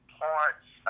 parts